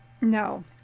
No